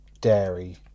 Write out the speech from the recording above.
dairy